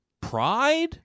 pride